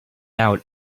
out